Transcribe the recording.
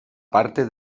parte